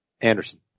Anderson